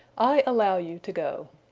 i allow you to go.